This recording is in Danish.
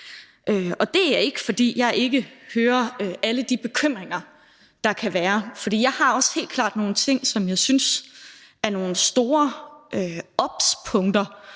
og det er ikke, fordi jeg ikke hører alle de bekymringer, der kan være, for der er helt klart også nogle ting, som jeg synes er nogle store obs-punkter,